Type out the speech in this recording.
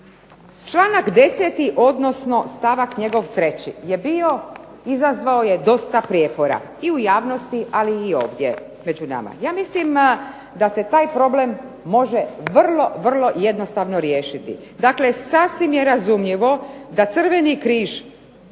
Članak 10. odnosno stavak njegov treći je bio izazvao je dosta prijepora i u javnosti ali i ovdje među nama. Ja mislim da se taj problem može vrlo, vrlo jednostavno riješiti. Dakle, sasvim je razumljivo da Crveni križ